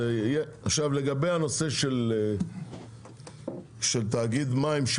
לגבי הנושא של תאגיד מים,